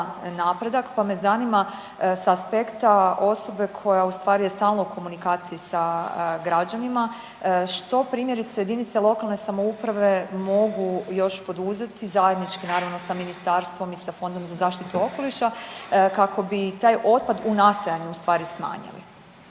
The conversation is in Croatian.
napredak, pa me zanima s aspekta osobe koja u stvari je stalno u komunikaciji sa građanima, primjerice jedinice lokalne samouprave mogu još poduzeti, zajednički, naravno sa Ministarstvom i sa Fondom za zaštitu okoliša kako bi taj otpad u nastajanju ustvari smanjili?